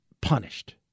punished